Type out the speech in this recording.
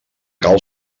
cal